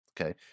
okay